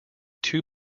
two